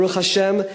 ברוך השם,